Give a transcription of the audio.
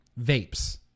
vapes